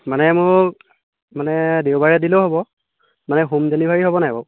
মানে মোক মানে দেওবাৰে দিলেও হ'ব মানে হোম ডেলিভাৰী হ'ব নাই বাৰু